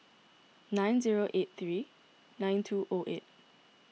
nine zero eight three nine two O eight